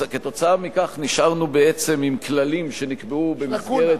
כתוצאה מכך נשארנו בעצם עם כללים שנקבעו במסגרת,